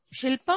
Shilpa